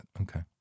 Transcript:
okay